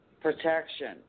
protection